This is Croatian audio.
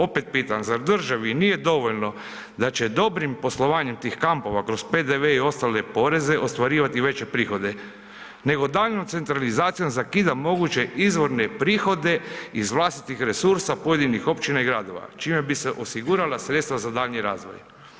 Opet pitam, zar državi nije dovoljno da će dobrim poslovanjem tih kampova kroz PDV i ostale poreze, ostvarivati veće prihode nego daljnjom centralizacijom zakida moguće izvorne prihode iz vlastitih resursa pojedinih općina i gradova čime bi se osigurala sredstva za daljnji razvoj?